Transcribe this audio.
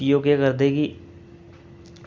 एह् केह् करदे कि